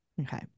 Okay